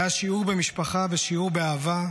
זה היה שיעור במשפחה ושיעור באהבה,